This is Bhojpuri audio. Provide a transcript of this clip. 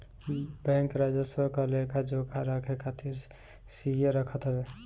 बैंक राजस्व क लेखा जोखा रखे खातिर सीए रखत हवे